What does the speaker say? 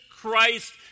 Christ